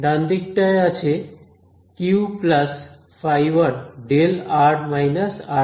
ডান দিকটায় আছে Q ϕ1δr − r′ ঠিক আছে